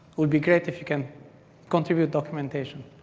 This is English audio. it would be great if you can contribute documentation.